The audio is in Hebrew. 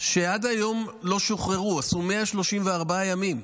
שעד היום לא שוחררו, עשו 134 ימים,